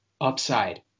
Upside